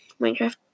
Minecraft